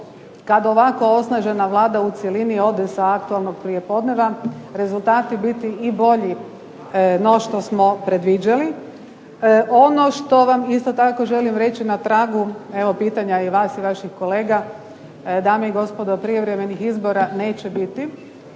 kad ovako osnažena Vlada u cjelini ode sa aktualnog prijepodneva, rezultati biti i bolji no što smo predviđali. Ono što vam isto tako želim reći na tragu evo pitanja i vas i vaših kolega, dame i gospodo, prijevremenih izbora neće biti